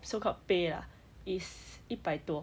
so called pay ah is 一百多